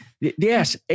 Yes